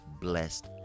blessed